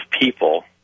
people